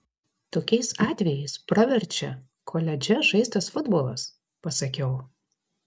tokiais atvejais praverčia koledže žaistas futbolas pasakiau